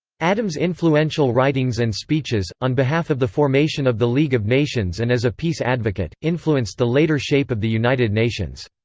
addams' influential writings and speeches, on behalf of the formation of the league of nations and as a peace advocate, influenced the later shape of the united nations.